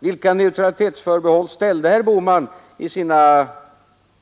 Vilka neutralitetsförbehåll gjorde herr Bohman i sina